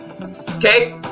okay